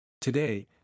today